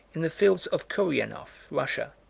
in the fields of kourianof, russia,